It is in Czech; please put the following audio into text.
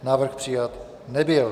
Návrh přijat nebyl.